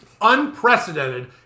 Unprecedented